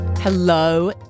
Hello